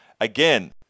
Again